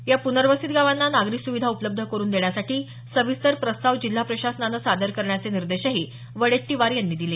या प्नर्वसित गावांना नागरी सुविधा उपलब्ध करून देण्यासाठी सविस्तर प्रस्ताव जिल्हा प्रशासनानं सादर करण्याचे निर्देशही वडेट्टीवार यांनी दिले